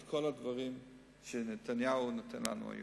את כל הדברים שנתניהו נותן לנו היום.